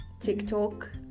TikTok